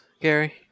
Gary